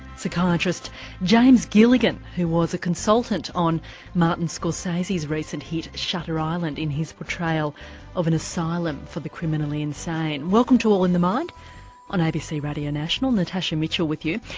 psychiatrist james gilligan, who was a consultant on martin scorsese's recent hit shutter island in his portrayal of an asylum for the criminally insane. welcome to all in the mind on abc radio national, natasha mitchell with you.